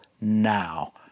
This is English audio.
now